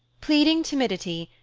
pleading timidity,